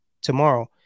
tomorrow